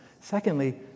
Secondly